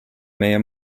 meie